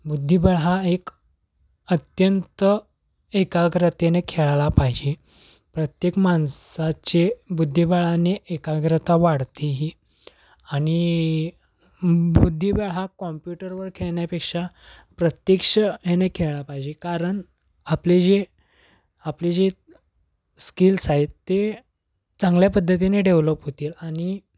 बुद्धिबळ हा एक अत्यंत एकाग्रतेने खेळायला पाहिजे प्रत्येक माणसाचे बुद्धिबळाने एकाग्रता वाढते हे आणि बुद्धिबळ हा कॉम्प्युटरवर खेळण्यापेक्षा प्रत्यक्ष ह्याने खेळला पाहिजे कारण आपले जे आपले जे स्किल्स आहेत ते चांगल्या पद्धतीने डेव्हलप होतील आणि